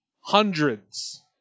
hundreds